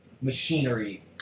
machinery